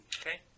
Okay